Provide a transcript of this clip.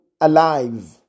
alive